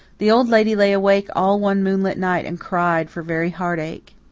the old lady lay awake all one moonlit night and cried for very heartache.